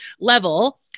level